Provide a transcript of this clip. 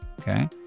okay